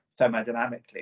thermodynamically